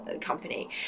company